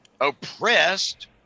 oppressed